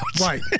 Right